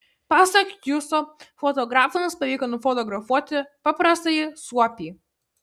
pasak juso fotografams pavyko nufotografuoti paprastąjį suopį